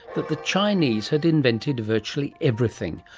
that the chinese had invited virtualy everything,